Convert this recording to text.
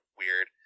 weird